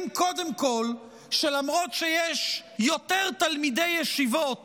קודם כול שלמרות שיש יותר תלמידי ישיבות